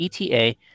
ETA